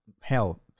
hell